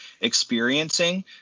experiencing